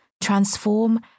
transform